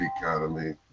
economy